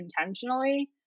intentionally